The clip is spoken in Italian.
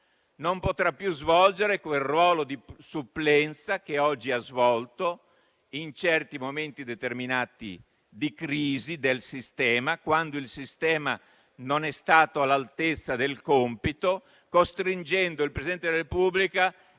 non potrà più svolgere quel ruolo di supplenza che ha svolto in determinati momenti di crisi del sistema, quando il sistema non è stato all'altezza del compito ed ha costretto il Presidente della Repubblica,